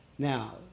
Now